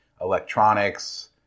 electronics